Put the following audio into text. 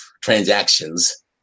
transactions